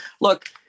Look